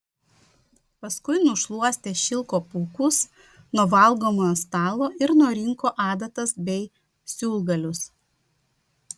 paskui nušluostė šilko pūkus nuo valgomojo stalo ir nurinko adatas bei siūlgalius